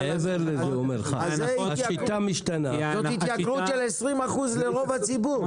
מדובר על התייקרות של 20% לרוב הציבור.